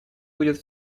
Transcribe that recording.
будет